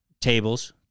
tables